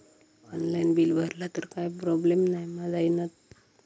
Online bill भरला तर काय प्रोब्लेम नाय मा जाईनत?